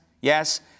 Yes